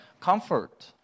comfort